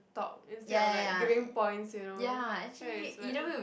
talk instead of like giving points you know right it's bet~